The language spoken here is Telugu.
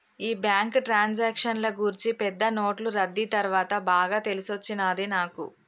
ఈ బ్యాంకు ట్రాన్సాక్షన్ల గూర్చి పెద్ద నోట్లు రద్దీ తర్వాత బాగా తెలిసొచ్చినది నాకు